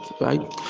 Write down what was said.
right